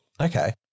Okay